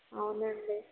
అవునండి